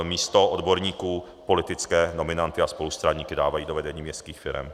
Místo odborníků politické nominanty a spolustraníky dávají do vedení městských firem.